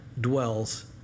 dwells